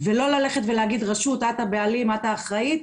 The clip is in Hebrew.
ולא ללכת ולהגיד רשות, את הבעלים, את האחראית,